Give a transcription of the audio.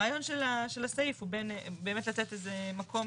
הרעיון של הסעיף הוא באמת לתת איזה מקום